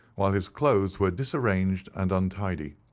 while his clothes were disarranged and untidy.